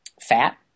fat